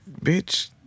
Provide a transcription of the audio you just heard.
Bitch